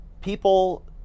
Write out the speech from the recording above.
people